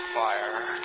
fire